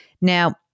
Now